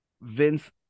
Vince